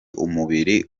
umubiri